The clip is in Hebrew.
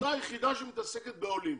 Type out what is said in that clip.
את שומעת את עצמך?